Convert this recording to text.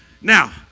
Now